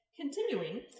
continuing